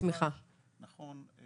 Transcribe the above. ותמיכה ככל שנדרש.